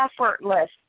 effortless